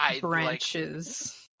branches